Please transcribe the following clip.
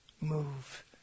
Move